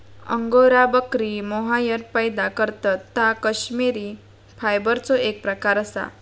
angora बकरी mohair पैदा करतत ता कश्मिरी फायबरचो एक प्रकार असा